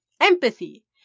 Empathy